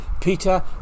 Peter